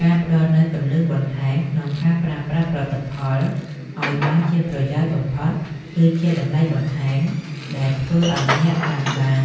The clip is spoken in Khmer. ការផ្តល់នូវគន្លឹះបន្ថែម ក្នុងការប្រើប្រាស់ផលិតផលឱ្យបានជាប្រយោជន៍បំផុត គឺជាតម្លៃបន្ថែមដែលធ្វើឱ្យអ្នកតាមដាន